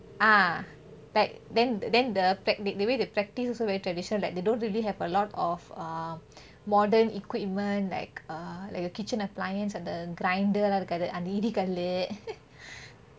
ah right then then the way they practice also very traditional like they don't really have a lot of um modern equipment like err like your kitchen appliance அந்த:antha grinder ல இருக்காது அந்த இடி கல்லு:la irukaathu antha idi kallu